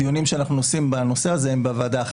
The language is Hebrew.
הדיונים שאנחנו עושים בנושא הזה הם בוועדה אחרת,